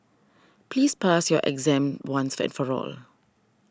please pass your exam once for all